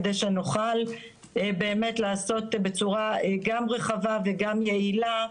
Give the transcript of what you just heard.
כדי שנוכל באמת לעשות את זה בצורה גם רחבה וגם יעילה,